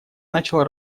начала